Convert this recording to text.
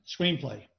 screenplay